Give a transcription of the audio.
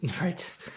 Right